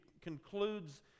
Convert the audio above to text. concludes